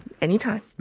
Anytime